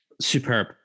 Superb